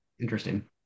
Interesting